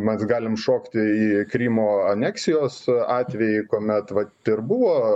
mes galim šokti į krymo aneksijos atvejį kuomet vat ir buvo